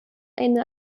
eine